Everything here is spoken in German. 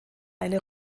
eine